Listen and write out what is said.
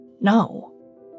No